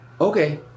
Okay